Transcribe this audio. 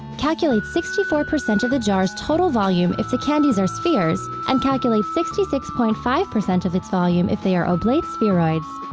calculate sixty four percent of the jar's total volume if the candies are spheres, and calculate sixty six point five percent of its volume if they are oblate spheroids.